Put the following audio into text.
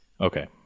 Okay